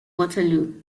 waterloo